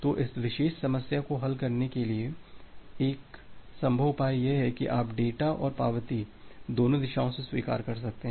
तो इस विशेष समस्या को हल करने के लिए एक संभव उपाय यह है कि आप डेटा और पावती दोनों दिशाओं से स्वीकार कर सकते हैं